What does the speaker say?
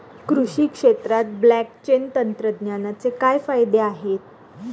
कृषी क्षेत्रात ब्लॉकचेन तंत्रज्ञानाचे काय फायदे आहेत?